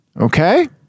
okay